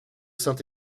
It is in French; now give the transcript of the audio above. saint